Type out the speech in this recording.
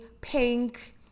pink